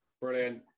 brilliant